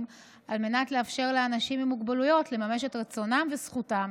על מנת לאפשר לאנשים עם מוגבלויות לממש את רצונם וזכותם